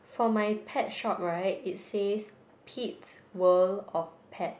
um for my pet shop right it says Pete's World of Pet